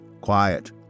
Quiet